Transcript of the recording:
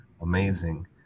amazing